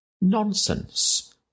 nonsense